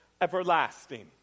everlasting